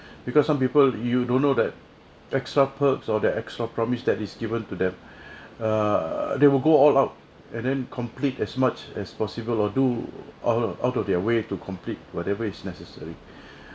because some people you don't know that extra perks or the extra promise that is given to them err they will go all out and then complete as much as possible or do out out of their way to complete whatever is necessary